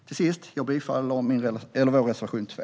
Till sist vill jag yrka bifall till vår reservation 2.